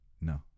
No